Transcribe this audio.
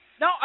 No